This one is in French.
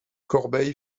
corbeil